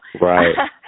Right